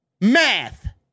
math